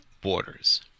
borders